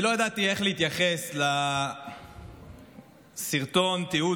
אני לא ידעתי איך להתייחס לסרטון התיעוד